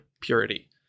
purity